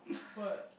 what